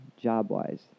job-wise